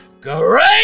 great